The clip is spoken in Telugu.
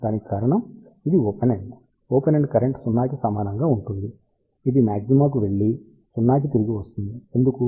దానికి కారణం ఇది open end open end current 0 కి సమానంగా ఉంటుంది ఇది మాగ్జిమాకు వెళ్లి 0 కి తిరిగి వస్తుంది ఎందుకు